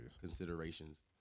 considerations